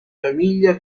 famiglia